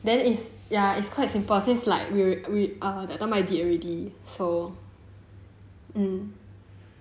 then it's ya it's quite simple just like err we err that time I did already so